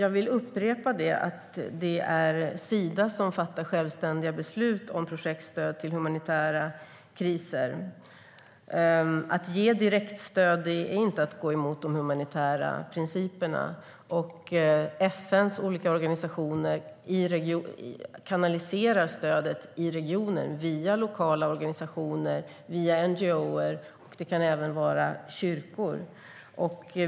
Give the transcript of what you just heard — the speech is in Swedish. Jag vill upprepa att det är Sida som fattar självständiga beslut om humanitära kriser. Att ge direktstöd innebär inte att man går emot de humanitära principerna. FN:s olika organisationer kanaliserar stödet i regionen via lokala organisationer och NGO:er - det kan även vara kyrkor.